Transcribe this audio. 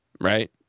Right